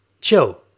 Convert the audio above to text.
chill